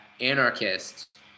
anarchist